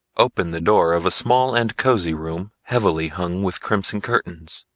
opened the door of a small and cosy room heavily hung with crimson curtains.